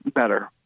better